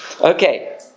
Okay